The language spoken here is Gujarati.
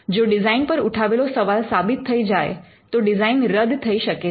જો ડિઝાઇન પર ઉઠાવેલો સવાલ સાબિત થઈ જાય તો ડિઝાઇન રદ થઈ શકે છે